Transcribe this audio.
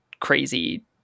crazy